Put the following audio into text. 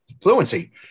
fluency